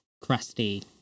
crusty